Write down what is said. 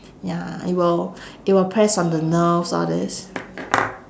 ya it will it will press on the nerves all this